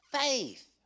faith